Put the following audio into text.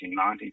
1990s